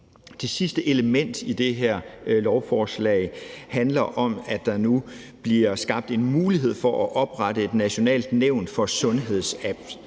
Det sidste element i det her lovforslag handler om, at der nu bliver skabt en mulighed for at oprette et nationalt nævn for sundhedsapps;